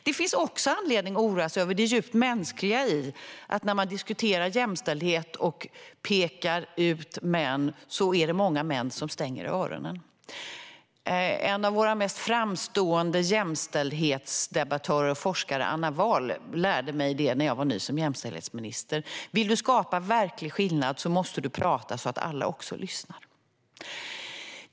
Det finns också anledning att oroa sig över det djupt mänskliga i att det, när man diskuterar jämställdhet och pekar ut män, är många män som stänger öronen. En av våra mest framstående jämställdhetsdebattörer och forskare, Anna Wahl, lärde mig detta när jag var ny som jämställdhetsminister: Vill du skapa verklig skillnad måste du prata så att alla också lyssnar.